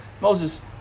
Moses